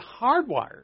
hardwired